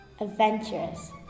adventurous